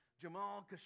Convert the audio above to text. Jamal